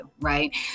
right